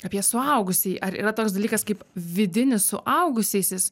apie suaugusįjį ar yra toks dalykas kaip vidinis suaugusysis